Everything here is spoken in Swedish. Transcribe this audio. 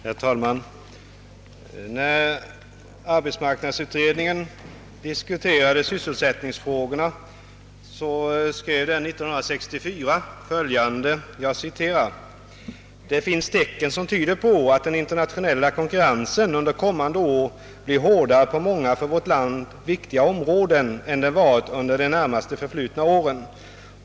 Herr talman! När arbetsmarknadsutredningen behandlade sysselsättningsfrågorna skrev den bl.a. följande: »Det finns tecken som tyder på att den internationella konkurrensen under kommande år blir hårdare på många för vårt land viktiga områden än den varit under de närmast förflutna åren.